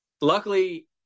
Luckily